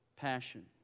Passion